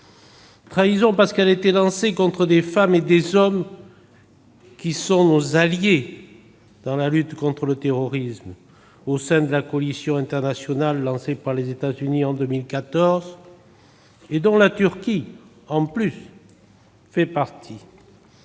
parce que cette offensive a été lancée contre des femmes et des hommes qui sont nos alliés dans la lutte contre le terrorisme, au sein de la coalition internationale mise en place par les États-Unis en 2014 et dont la Turquie fait partie.